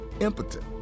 impotent